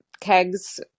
kegs